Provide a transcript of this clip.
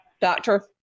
Doctor